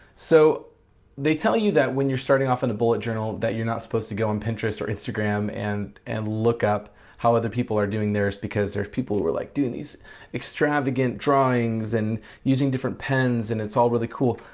so they tell you that when you're starting off in a bullet journal that you're not supposed to go on pinterest or instagram and and look up how other people are doing theirs because there's people who are like doing these extravagant drawings and using different pens and it's all really cool.